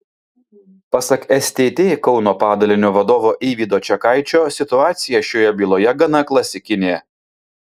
pasak stt kauno padalinio vadovo eivydo čekaičio situacija šioje byloje gana klasikinė